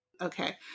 Okay